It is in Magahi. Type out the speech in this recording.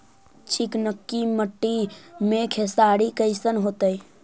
चिकनकी मट्टी मे खेसारी कैसन होतै?